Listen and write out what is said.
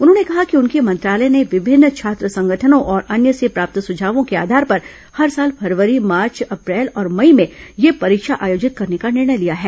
उन्होंने कहा कि उनके मंत्रालय ने विभिन्न छात्र संगठनों और अन्य से प्राप्त सुझावों के आधार पर हर साल फरवरी मार्च अप्रैल और मई में ये परीक्षा आयोजित करने का निर्णय लिया है